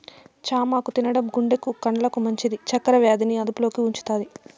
చామాకు తినడం గుండెకు, కండ్లకు మంచిది, చక్కర వ్యాధి ని అదుపులో ఉంచుతాది